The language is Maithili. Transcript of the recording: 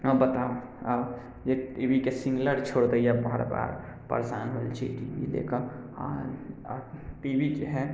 अब बताउ आब जे टीवीके सिगनल छोड़ि दैय बार बार परेशान हो गेल छी ई टी वी लेकऽ आओर टी वी जे है